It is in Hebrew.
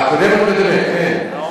הקודמת-קודמת, כן.